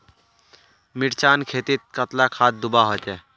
मिर्चान खेतीत कतला खाद दूबा होचे?